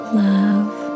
love